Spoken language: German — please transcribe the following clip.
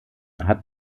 hat